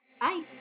Bye